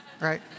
right